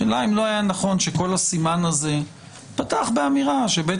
השאלה אם לא היה נכון שכל הסימן הזה ייפתח באמירה שבית